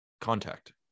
Contact